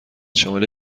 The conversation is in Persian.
شامل